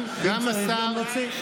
אתם מכונת רעל, אתם.